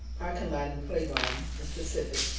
parking lot and playground, in specific,